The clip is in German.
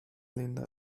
linda